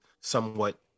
somewhat